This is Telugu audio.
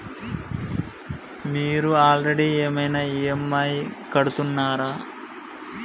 మీరు ఆల్రెడీ ఏమైనా ఈ.ఎమ్.ఐ కడుతున్నారా?